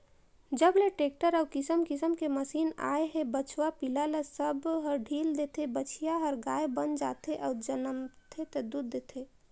जब ले टेक्टर अउ किसम किसम के मसीन आए हे बछवा पिला ल सब ह ढ़ील देथे, बछिया हर गाय बयन जाथे अउ जनमथे ता दूद देथे